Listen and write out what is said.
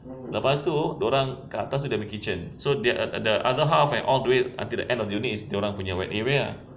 lepas tu dia orang kat atas ada big kitchen so that the other half eh all the way to the end of the unit is dia orang punya area ah